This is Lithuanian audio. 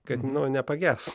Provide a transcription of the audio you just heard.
kad nepages